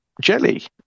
jelly